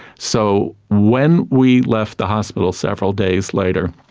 so when we left the hospital several days later,